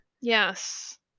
yes